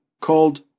called